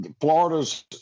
Florida's